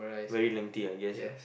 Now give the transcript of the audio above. very lengthy I guess ah